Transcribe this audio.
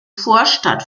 vorstadt